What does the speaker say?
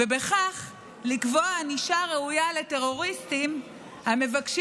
ובכך לקבוע ענישה ראויה לטרוריסטים המבקשים